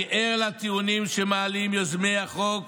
אני ער לטיעונים שמעלים יוזמי החוק